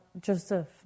Joseph